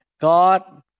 God